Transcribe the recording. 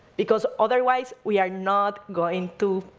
because otherwise, we are not going to